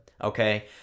Okay